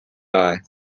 eye